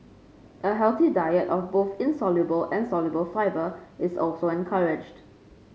a healthy diet of both insoluble and soluble fibre is also encouraged